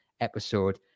episode